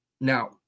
Now